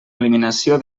eliminació